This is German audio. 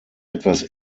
etwas